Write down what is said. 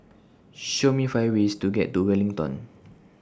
Show Me five ways to get to Wellington